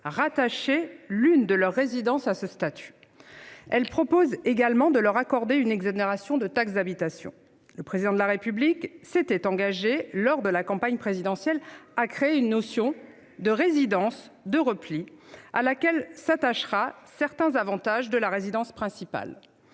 rattacher l'une de leurs résidences à ce statut. Elle tend également à leur accorder une exonération de taxe d'habitation. Le Président de la République s'était engagé, lors de la campagne présidentielle, à créer une notion de « résidence de repli » à laquelle s'attacheraient « certains avantages de la résidence principale